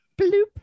bloop